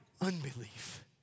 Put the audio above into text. unbelief